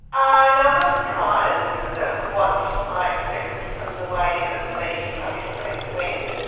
ah no, i'm not surprised, because that was what i expected from the way that the tribunal case went. and